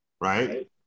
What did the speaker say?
right